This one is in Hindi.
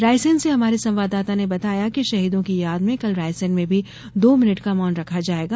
रायसेन से हमारे संवाददाता ने बताया कि शहीदों की याद में कल रायसेन में भी दो मिनट का मौन रखा जायेगा